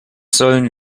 sollen